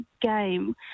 game